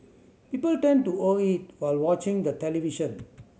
people tend to over eat while watching the television